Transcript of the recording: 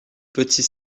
petits